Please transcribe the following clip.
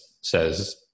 says